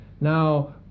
Now